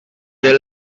des